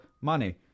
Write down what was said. money